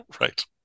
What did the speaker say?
Right